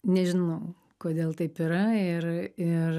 nežinau kodėl taip yra ir ir